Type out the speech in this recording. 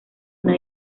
una